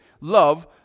Love